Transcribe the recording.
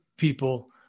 people